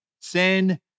Sin